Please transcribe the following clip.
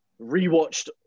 Rewatched